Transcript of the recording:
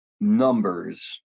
numbers